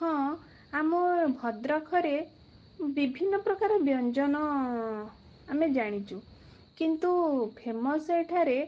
ହଁ ଆମ ଭଦ୍ରଖରେ ବିଭିନ୍ନ ପ୍ରକାର ବ୍ୟଞ୍ଜନ ଆମେ ଜାଣିଛୁ କିନ୍ତୁ ଫେମସ୍ ଏଠାରେ